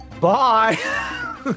Bye